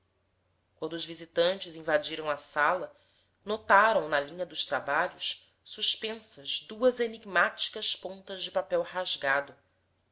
quando os visitantes invadiram a sala notaram na linha dos trabalhos suspensas duas enigmáticas pontas de papel rasgado